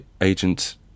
agent